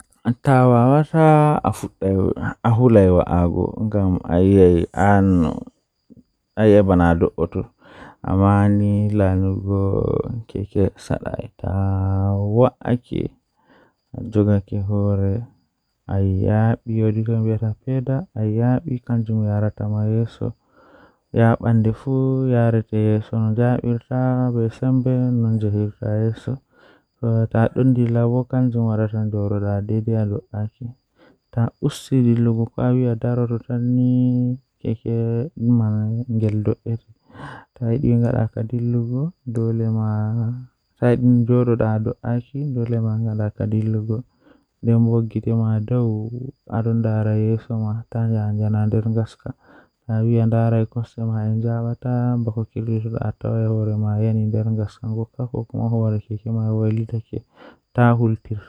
No Ahakkilinta ngesa ma So aɗa waawi jeyde hokkirde leydi, foti naatude ndiyam e caɗeele ngal. Foti woodi waawi sakkitorɗe ko leydi ngal. Tiiɗnde, foti njoɓdi no ndiyam ko fiɗɗorde. Foti naatude leydi ngal to aɗa waɗi ngam miijude leydi. Foti woodi haɓɓude min woori kadi saama. So aɗa waawi